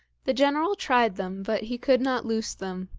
the general tried them, but he could not loose them,